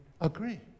agree